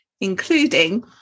including